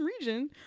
region